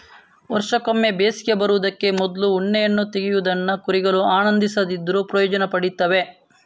ವರ್ಷಕ್ಕೊಮ್ಮೆ ಬೇಸಿಗೆ ಬರುದಕ್ಕೆ ಮೊದ್ಲು ಉಣ್ಣೆಯನ್ನ ತೆಗೆಯುವುದನ್ನ ಕುರಿಗಳು ಆನಂದಿಸದಿದ್ರೂ ಪ್ರಯೋಜನ ಪಡೀತವೆ